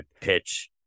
pitch